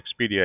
Expedia